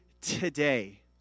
today